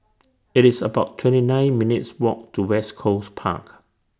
IT IS about twenty nine minutes' Walk to West Coast Park